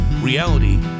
Reality